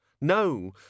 No